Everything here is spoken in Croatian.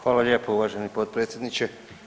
Hvala lijepo uvaženi potpredsjedniče.